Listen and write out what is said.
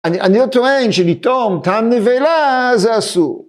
אני לא טוען שליטום טעם נבלה, זה אסור.